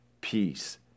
peace